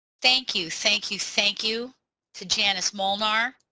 thank you thank you thank you to janis molnar.